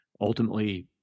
Ultimately